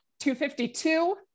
252